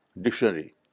dictionary